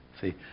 See